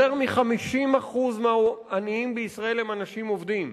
יותר מ-50% מהעניים בישראל הם אנשים עובדים,